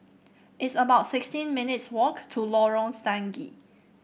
it's about sixteen minutes' walk to Lorong Stangee